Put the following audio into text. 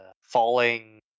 falling